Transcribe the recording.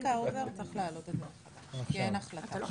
צביקה האוזר צריך להעלות את זה כי אין החלטה.